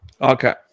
Okay